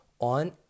on